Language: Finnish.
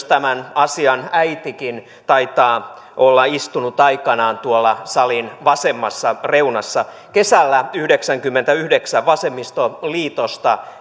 tämän asian äitikin taitaa olla istunut aikanaan tuolla salin vasemmassa reunassa kesällä yhdeksänkymmentäyhdeksän vasemmistoliitosta